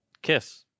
Kiss